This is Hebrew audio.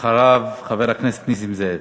אחריו, חבר הכנסת נסים זאב.